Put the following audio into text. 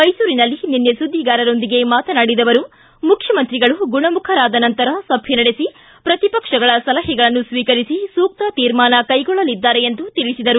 ಮೈಸೂರಿನಲ್ಲಿ ನಿನ್ನೆ ಸುದ್ದಿಗಾರರೊಂದಿಗೆ ಮಾತನಾಡಿದ ಅವರು ಮುಖ್ಯಮಂತ್ರಿಗಳು ಗುಣಮುಖರಾದ ನಂತರ ಸಭೆ ನಡೆಸಿ ಪ್ರತಿಪಕ್ಷಗಳ ಸಲಹೆಗಳನ್ನು ಸ್ವೀಕರಿಸಿ ಸೂಕ್ತ ತೀರ್ಮಾನ ಕೈಗೊಳ್ಳಲಿದ್ದಾರೆ ಎಂದು ತಿಳಿಸಿದರು